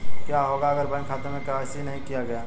क्या होगा अगर बैंक खाते में के.वाई.सी नहीं किया गया है?